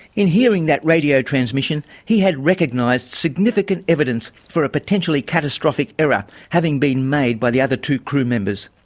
in hearing that radio transmission, he had recognised significant evidence for a potentially catastrophic error having been made by the other two crew members.